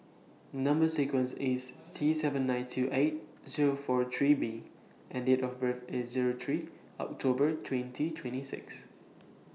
Number sequence IS T seven nine two eight Zero four three B and Date of birth IS Zero three October twenty twenty six